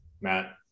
Matt